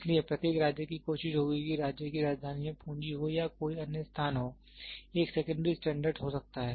इसलिए प्रत्येक राज्य की कोशिश होगी कि राज्य की राजधानी में पूँजी हो या कोई अन्य स्थान हो एक सेकेंड्री स्टैंडर्ड हो सकता है